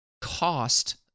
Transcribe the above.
cost